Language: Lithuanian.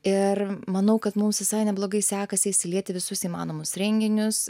ir manau kad mums visai neblogai sekasi įsiliet į visus įmanomus renginius